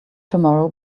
tomorrow